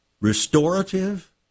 Restorative